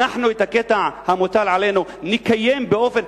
אנחנו את הקטע המוטל עלינו נקיים באופן,